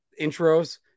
intros